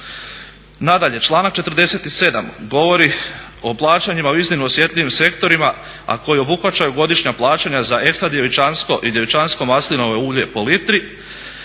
Nadalje, članak 47. govori o plaćanjima u iznimno osjetljivim sektorima, a koji obuhvaćaju godišnja plaćanja za ekstra djevičansko i djevičansko maslinovo ulje po litri,